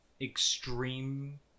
extreme